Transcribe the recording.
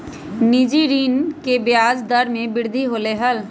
निजी ऋण के ब्याज दर में वृद्धि होलय है